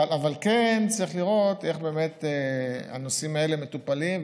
אבל כן צריך לראות איך הנושאים האלה מטופלים,